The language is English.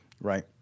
Right